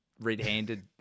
red-handed